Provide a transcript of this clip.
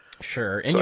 Sure